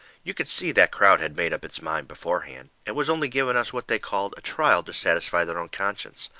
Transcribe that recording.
you could see that crowd had made up its mind before-hand, and was only giving us what they called a trial to satisfy their own conscience.